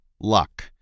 luck